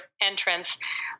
entrance